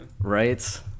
Right